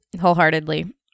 wholeheartedly